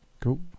Cool